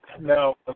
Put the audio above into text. No